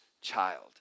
child